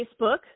Facebook